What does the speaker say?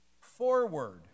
forward